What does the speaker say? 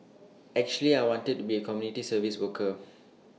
actually I want to be A community service worker